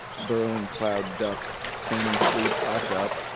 burrowing cloud ducks feigning sleep ass up.